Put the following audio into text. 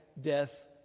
death